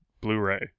Blu-ray